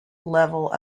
level